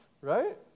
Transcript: right